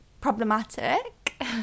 problematic